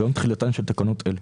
ביום תחילתן של תקנות אלה.